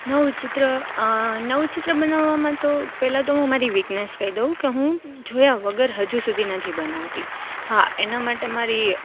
નવું ચિત્ર નવું ચિત્ર બનાવવામાં તો પહેલા તો હું મારી વિકનેસ કહી દઉં કે હું જોયા વગર હજુ સુધી નથી બનાવતી હા એના માટે મારી